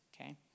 Okay